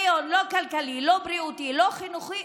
לא כלכלי, לא בריאותי, לא חינוכי,